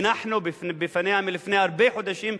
שהנחנו בפניה לפני הרבה חודשים,